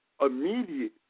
immediate